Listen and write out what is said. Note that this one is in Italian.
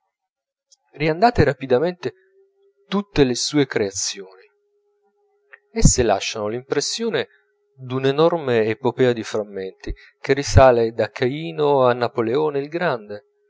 riandate rapidamente tutte le sue creazioni esse lasciano l'impressione d'un'enorme epopea di frammenti che risale da caino a napoleone il grande